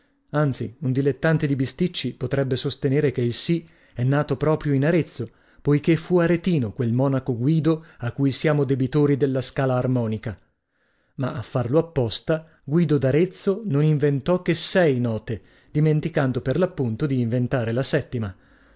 anzi un dilettante di bisticci potrebbe sostenere che il sì è nato proprio in arezzo poichè fu aretino quel monaco guido a cui siamo debitori della scala armonica ma a farlo apposta guido d'arezzo non inventò che sei note dimenticando per l'appunto di inventare la settima